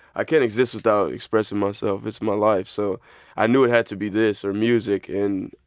i can't exist without expressing myself. it's my life. so i knew it had to be this or music, and.